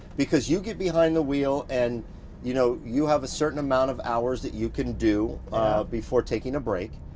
because you get behind the wheel, and you know you have a certain amount of hours that you can do before taking a break.